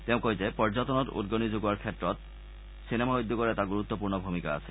তেওঁ কয় যে পৰ্যটনত উদঙণি যোগোৱাৰ ক্ষেত্ৰত চলচ্চিত্ৰ উদ্যোগৰ এটা গুৰুত্পূৰ্ণ ভূমিকা আছে